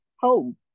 home